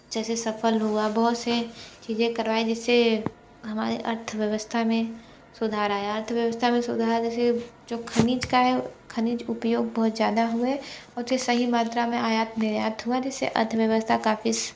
जैसे सफल हुआ बहुत से चीज़ें करवाई जिससे हमारे अर्थव्यवस्था में सुधार आया अर्थव्यवस्था में सुधार जैसे जो खनिज का है खनिज उपयोग बहुत ज्यादा हुआ है उस से सही मात्रा में आयात निर्यात हुआ जिस से अर्थव्यवस्था काफ़ी